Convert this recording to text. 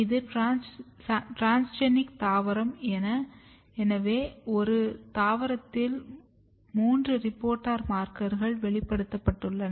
இது டிரான்ஸ்ஜெனிக் தாவரம் எனவே ஒரே தாவரத்தில் மூன்று ரிப்போர்ட்டர் மார்க்கர்கள் வெளிப்படுத்தப்பட்டுள்ளன